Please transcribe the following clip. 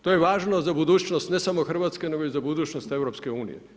To je važno za budućnost ne samo Hrvatske nego i za budućnost EU.